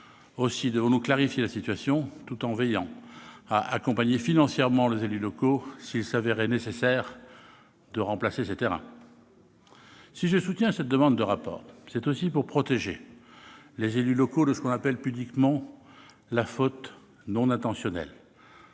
Aussi devons-nous clarifier la situation tout en veillant à accompagner financièrement les élus locaux s'il se révélait nécessaire de remplacer ces terrains. Si je soutiens une telle demande de rapport, c'est aussi pour protéger les élus locaux de ce qu'on appelle pudiquement la « faute non intentionnelle